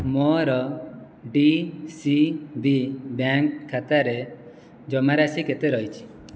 ମୋର D C B bank ଖାତାରେ ଜମାରାଶି କେତେ ରହିଛି